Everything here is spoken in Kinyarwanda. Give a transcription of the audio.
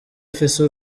ifise